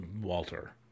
Walter